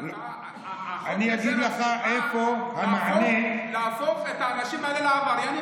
אבל חוק העזר הזה בא להפוך את האנשים האלה לעבריינים,